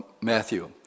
Matthew